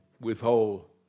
withhold